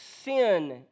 sin